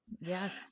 Yes